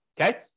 okay